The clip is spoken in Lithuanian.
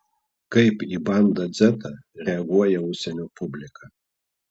kaip į bandą dzetą reaguoja užsienio publika